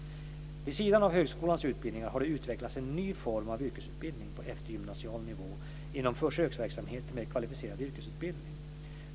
Vid sidan av högskolans utbildningar har det utvecklats en ny form av yrkesutbildning på eftergymnasial nivå inom försöksverksamheten med kvalificerad yrkesutbildning.